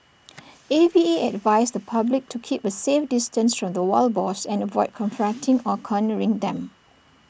A V A advised the public to keep A safe distance the wild boars and avoid confronting or cornering them